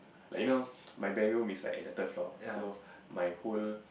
like you know my band room beside at the third floor so my whole